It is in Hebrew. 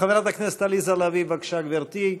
חברת הכנסת עליזה לביא, בבקשה, גברתי,